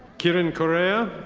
kirin correa.